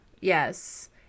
Yes